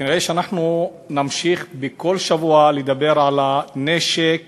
כנראה אנחנו נמשיך בכל שבוע לדבר על הנשק